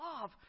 love